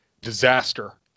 disaster